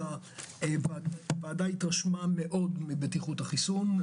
הוועדה התרשמה מאוד מבטיחות החיסון.